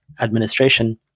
administration